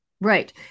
Right